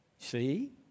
See